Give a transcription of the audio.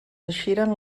eixiren